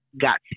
got